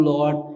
Lord